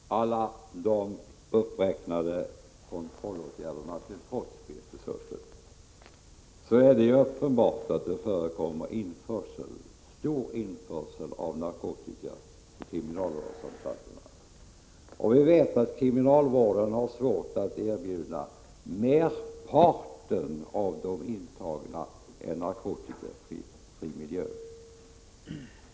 Herr talman! Alla de uppräknade kontrollåtgärderna till trots, Birthe Sörestedt, är det uppenbart att det förekommer stor införsel av narkotika till kriminalvårdsanstalterna. Vi vet att kriminalvården har svårt att erbjuda merparten av de intagna en narkotikafri miljö.